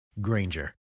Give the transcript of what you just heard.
Granger